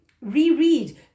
reread